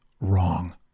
wrong